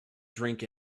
drink